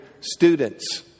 students